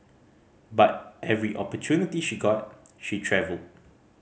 but every opportunity she got she travelled